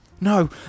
No